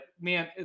man